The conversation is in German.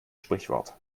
sprichwort